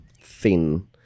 thin